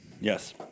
Yes